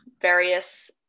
various